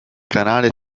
canale